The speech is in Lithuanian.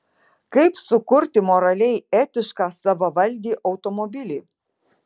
kaip sukurti moraliai etišką savavaldį automobilį